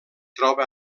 troba